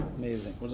amazing